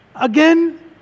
Again